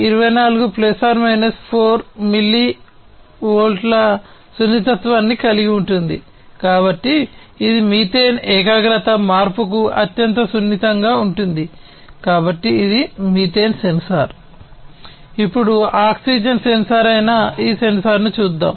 ఇప్పుడు oxygen sensor అయిన ఈ సెన్సార్ ను చూద్దాం